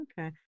okay